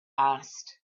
asked